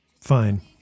Fine